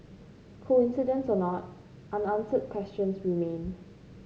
coincidence or not unanswered questions remain